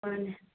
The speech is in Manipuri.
ꯃꯥꯅꯦ